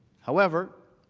however,